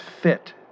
fit